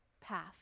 path